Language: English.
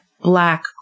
black